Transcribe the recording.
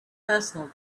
personal